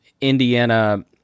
Indiana